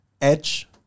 Edge